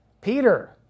Peter